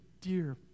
dear